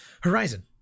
horizon